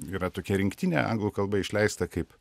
yra tokie rinktinė anglų kalba išleista kaip